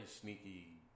sneaky